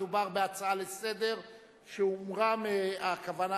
מדובר בהצעה לסדר-היום שהומרה מהכוונה